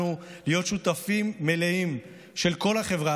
שלנו להיות שותפים מלאים של כל החברה,